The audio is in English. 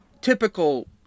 Typical